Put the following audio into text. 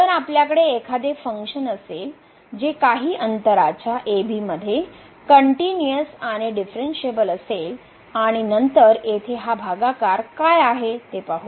जर आपल्याकडे एखादे फंक्शन असेल जे काही अंतराच्या ab मध्ये कनट्युनिअस आणि डीफ्रनशएबल असेल आणि नंतर येथे हा भागाकर काय आहे ते पाहू